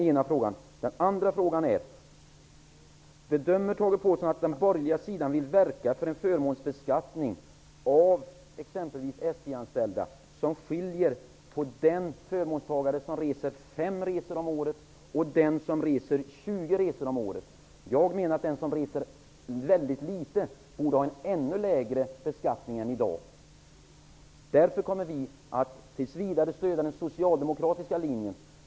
För det andra: Bedömer Tage Påhlsson att den borgerliga sidan vill verka för en förmånsbeskattning som skiljer på den, exempelvis Jag menar att den som reser litet borde beskattas lägre. Därför kommer Vänsterpartiet att tills vidare stödja den socialdemokratiska linjen.